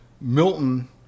Milton